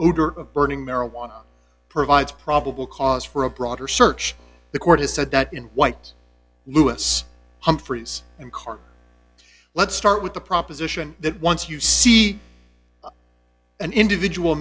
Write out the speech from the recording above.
odor of burning marijuana provides probable cause for a broader search the court has said that in white loise humphries and card let's start with the proposition that once you see an individual